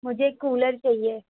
مجھے ایک کولر چاہیے